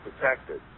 protected